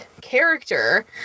character